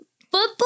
football